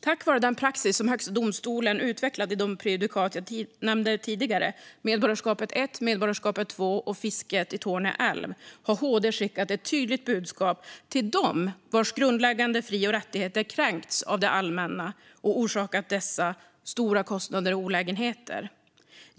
Tack vare den praxis som Högsta domstolen utvecklat i de prejudikat jag nämnde tidigare, Medborgarskapet I och II och fisket i Torne älv, har HD skickat ett tydligt budskap till dem vars grundläggande fri och rättigheter kränkts av det allmänna och som orsakats stora kostnader och olägenheter.